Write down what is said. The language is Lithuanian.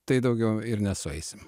tai daugiau ir nesueisim